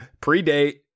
Pre-date